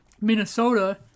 Minnesota